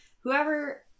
whoever